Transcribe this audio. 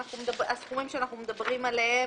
הסכומים שאנחנו מדברים עליהם,